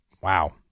wow